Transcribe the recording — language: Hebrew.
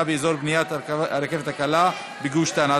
באזור בניית הרכבת הקלה בגוש-דן),